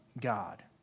God